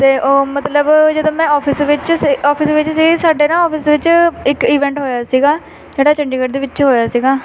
ਅਤੇ ਉਹ ਮਤਲਬ ਜਦੋਂ ਮੈਂ ਆਫਿਸ ਵਿੱਚ ਸੀ ਆਫਿਸ ਵਿੱਚ ਸੀ ਸਾਡੇ ਨਾ ਆਫਿਸ ਵਿੱਚ ਇੱਕ ਈਵੈਂਟ ਹੋਇਆ ਸੀਗਾ ਜਿਹੜਾ ਚੰਡੀਗੜ੍ਹ ਦੇ ਵਿੱਚ ਹੋਇਆ ਸੀਗਾ